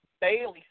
Bailey